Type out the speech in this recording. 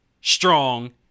strong